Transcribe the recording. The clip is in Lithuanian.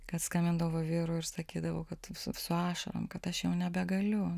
kad skambindavau vyrui ir sakydavau kad su ašarom kad aš jau nebegaliu